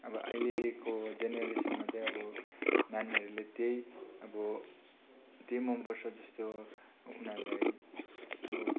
अब अहिलेको जेनेरेसनमा चाहिँ अब नानीहरूले त्यही अब त्यही मनपर्छ जस्तो उनीहरूलाई अब